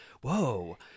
Whoa